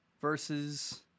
versus